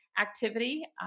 activity